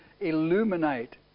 illuminate